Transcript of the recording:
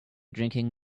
drinking